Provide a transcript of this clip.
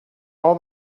all